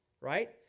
right